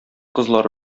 кызлар